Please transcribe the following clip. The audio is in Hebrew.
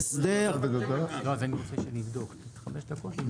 לא רק השר יכול לפנות לשר.